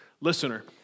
listener